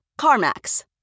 CarMax